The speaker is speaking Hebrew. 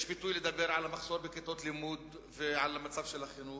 יש פיתוי לדבר על המחסור בכיתות לימוד ועל מצב החינוך,